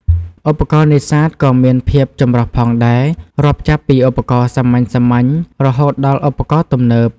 ឧបករណ៍នេសាទក៏មានភាពចម្រុះផងដែរ រាប់ចាប់ពីឧបករណ៍សាមញ្ញៗ រហូតដល់ឧបករណ៍ទំនើប។